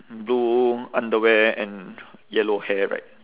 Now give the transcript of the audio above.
blue underwear and yellow hair right